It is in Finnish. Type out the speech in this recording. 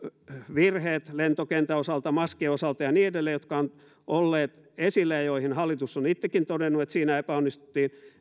virheet lentokentän osalta maskien osalta ja niin edelleen jotka ovat olleet esillä ja joista hallitus on itsekin todennut että niissä epäonnistuttiin